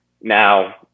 Now